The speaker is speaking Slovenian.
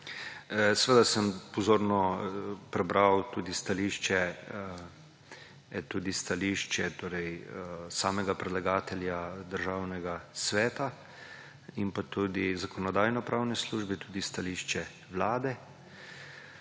Seveda sem pozorno prebral tudi stališče samega predlagatelja Državnega sveta in tudi Zakonodajno-pravne službe, tudi stališče Vlade.